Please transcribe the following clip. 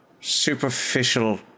superficial